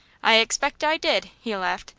i expect i did, he laughed.